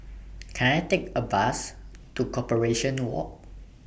Can I Take A Bus to Corporation Walk